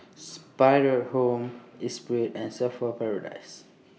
SPRING Home Esprit and Surfer's Paradise